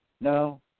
No